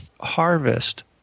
harvest